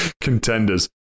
contenders